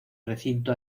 recinto